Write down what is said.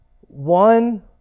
one